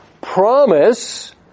promise